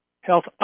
Health